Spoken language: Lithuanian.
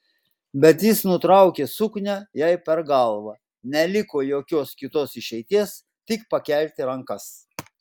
bet jis nutraukė suknią jai per galvą neliko jokios kitos išeities tik pakelti rankas